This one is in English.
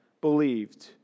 believed